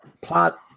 Plot